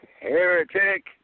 heretic